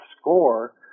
score